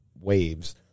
waves